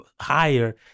higher